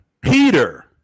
Peter